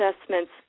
assessments